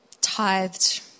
tithed